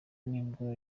nibwo